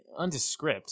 undescript